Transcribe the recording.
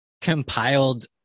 compiled